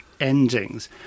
endings